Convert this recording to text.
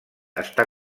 està